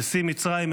נשיא מצרים,